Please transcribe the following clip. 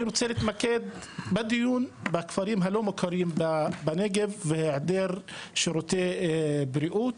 אני רוצה להתמקד בדיון בכפרים הלא מוכרים בנגב והיעדר שירותי בריאות.